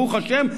ברוך השם,